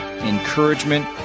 encouragement